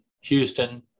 Houston